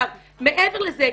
מעבר לזה,